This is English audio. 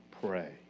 pray